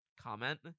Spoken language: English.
comment